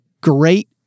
great